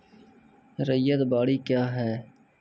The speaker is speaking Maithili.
रैयत बाड़ी क्या हैं?